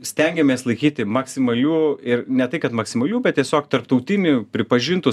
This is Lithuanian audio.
stengiamės laikyti maksimalių ir ne tai kad maksimalių bet tiesiog tarptautinių pripažintų